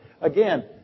Again